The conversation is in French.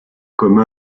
comme